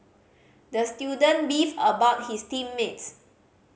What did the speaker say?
the student beefed about his team mates